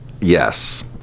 Yes